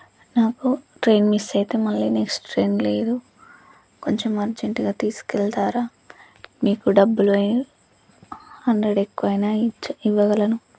నాకు train miss అయితే మళ్ళీ నెక్స్ట్ ట్రెయిన్ లేదు కొంచెం అర్జెంటుగా తీసుకెళ్తారా మీకు డబ్బులు హండ్రెడ్ ఎక్కువైనా ఇచ్ ఇవ్వగలను